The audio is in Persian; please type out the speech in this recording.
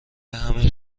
همین